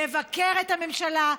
לבקר את הממשלה,